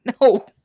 no